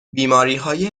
بیماریهای